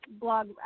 blog